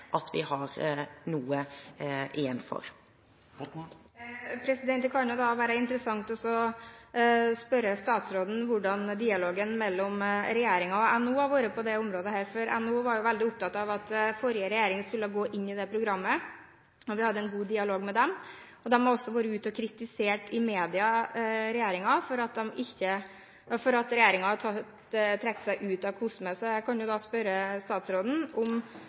at vi har noe igjen for. Det kan jo da være interessant å spørre statsråden hvordan dialogen mellom regjeringen og NHO har vært på dette området, for NHO var veldig opptatt av at forrige regjering skulle gå inn i det programmet, og vi hadde en god dialog med dem. De har også vært ute i media og kritisert regjeringen for at regjeringen har trukket seg ut av COSME. Så jeg kan jo spørre statsråden om